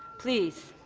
please,